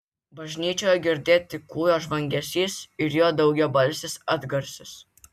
bažnyčioje girdėt tik kūjo žvangesys ir jo daugiabalsis atgarsis